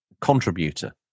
contributor